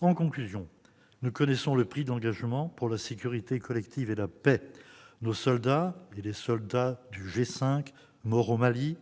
En conclusion, nous connaissons le prix de l'engagement pour la sécurité collective et la paix : nos soldats et les soldats du G5 Sahel morts au Mali